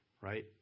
right